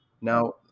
now